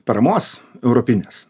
paramos europinės